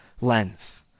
lens